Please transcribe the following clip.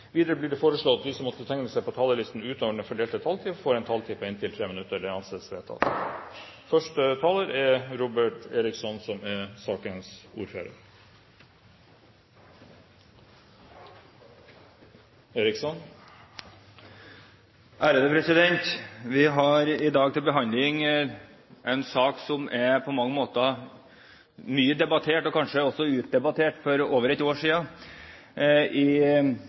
Videre blir det foreslått at de som måtte tegne seg på talerlisten utover den fordelte taletid, får en taletid på inntil 3 minutter. – Det anses vedtatt. Vi har i dag til behandling en sak som på mange måter er mye debattert, og kanskje også ble utdebattert for over ett år siden. IA-avtalen ble ferdigforhandlet vinteren 2010, og i